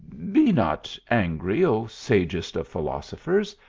be not angry, o sagest of philosophers,